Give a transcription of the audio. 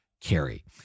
carry